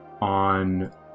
on